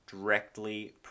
directly